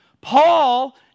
Paul